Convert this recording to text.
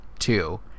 two